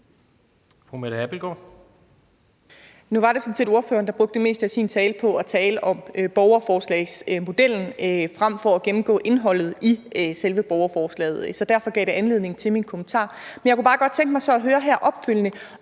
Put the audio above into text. Nu var det sådan set ordføreren, der brugte det meste af sin tale på at tale om borgerforslagsmodellen frem for at gennemgå indholdet i selve borgerforslaget, så derfor gav det anledning til min kommentar. Men så kunne jeg bare godt tænke mig at høre her opfølgende,